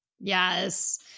Yes